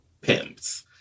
pimps